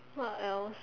what else